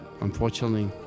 unfortunately